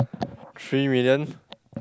three million